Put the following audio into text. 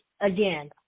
Again